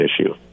issue